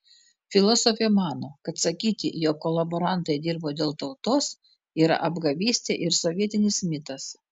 filosofė mano kad sakyti jog kolaborantai dirbo dėl tautos yra apgavystė ir sovietinis mitas